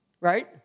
right